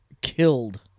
killed